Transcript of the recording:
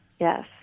Yes